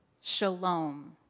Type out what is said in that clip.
shalom